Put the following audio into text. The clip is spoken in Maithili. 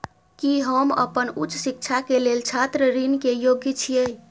की हम अपन उच्च शिक्षा के लेल छात्र ऋण के योग्य छियै?